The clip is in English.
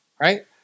Right